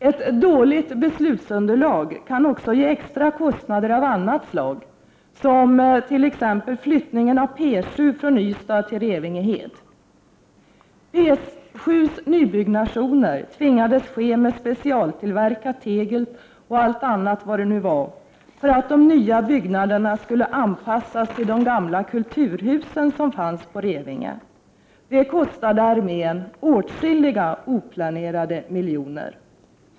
Ett dåligt beslutsunderlag kan också ge extra kostnader av annat slag, t.ex. flyttningen av P 7 från Ystad till Revinge Hed. P 7:s nybyggnationer tvingades ske med specialtillverkat tegel m.m. för att de nya byggnaderna skulle anpassas till de gamla kulturhusen som fanns på Revinge. Det kostade armén åtskilliga oplanerade miljoner.